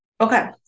Okay